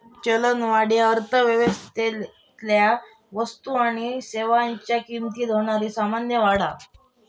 चलनवाढ ह्या अर्थव्यवस्थेतलो वस्तू आणि सेवांच्यो किमतीत होणारा सामान्य वाढ असा